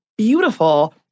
beautiful